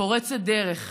פורצת דרך,